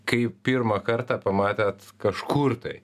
kai pirmą kartą pamatėt kažkur tai